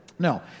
No